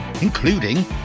including